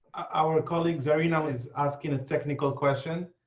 our colleague zarina was asking a technical question.